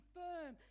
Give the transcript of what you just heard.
firm